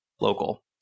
local